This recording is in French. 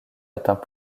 atteint